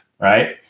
right